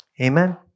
Amen